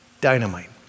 Dynamite